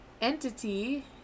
entity